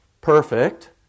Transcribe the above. perfect